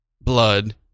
blood